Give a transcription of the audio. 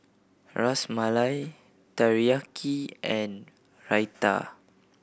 Ras Malai Teriyaki and Raita